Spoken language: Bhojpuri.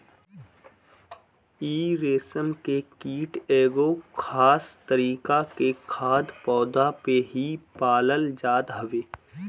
इ रेशम के कीट एगो खास तरीका के खाद्य पौधा पे ही पालल जात हवे